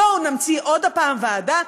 בואו נמציא עוד הפעם ועדה.